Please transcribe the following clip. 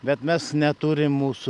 bet mes neturim mūsų